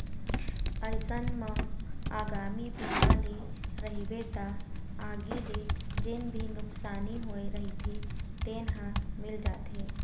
अइसन म आगी बीमा ले रहिबे त आगी ले जेन भी नुकसानी होय रहिथे तेन ह मिल जाथे